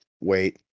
wait